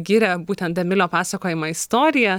giria būtent emilio pasakojamą istoriją